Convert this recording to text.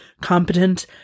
competent